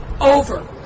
over